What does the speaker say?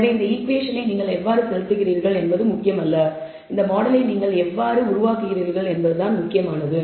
எனவே இந்த ஈகுவேஷனை நீங்கள் எவ்வாறு செலுத்துகிறீர்கள் என்பது முக்கியமல்ல இந்த மாடலை நீங்கள் எவ்வாறு உருவாக்குகிறீர்கள் என்பது மிகவும் முக்கியமானது